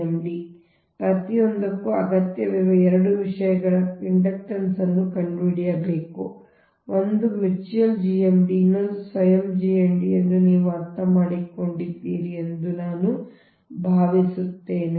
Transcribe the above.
ಆದ್ದರಿಂದ ಪ್ರತಿಯೊಂದಕ್ಕೂ ನಮಗೆ ಅಗತ್ಯವಿರುವ 2 ವಿಷಯಗಳು ಇಂಡಕ್ಟನ್ಸ್ ಅನ್ನು ಕಂಡುಹಿಡಿಯಬೇಕು ಒಂದು ಮ್ಯೂಚುಯಲ್ GMD ಇನ್ನೊಂದು ಸ್ವಯಂ GMD ಎಂದು ನೀವು ಅರ್ಥಮಾಡಿಕೊಂಡಿದ್ದೀರಿ ಎಂದು ನಾನು ಭಾವಿಸುತ್ತೇನೆ